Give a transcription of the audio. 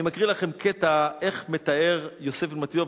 אני מקריא לכם קטע איך מתאר יוסף בן מתתיהו,